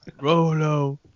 Rolo